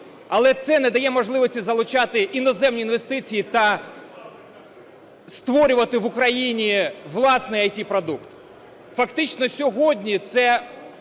Але це не дає можливості залучати іноземні інвестиції та створювати в Україні власний ІТ-продукт. Фактично сьогодні це